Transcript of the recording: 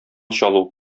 чалу